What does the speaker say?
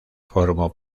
formó